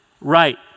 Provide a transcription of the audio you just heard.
right